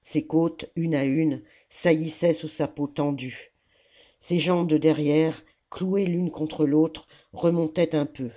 ses côtes une à une saillissaient sous sa peau tendue ses jambes de derrière clouées l'une contre l'autre remontaient un peu